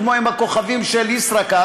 כמו עם הכוכבים של "ישראכרט",